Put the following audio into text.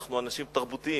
אנחנו אנשים תרבותיים,